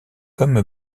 comme